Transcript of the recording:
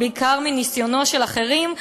ובעיקר מניסיונם של אחרים,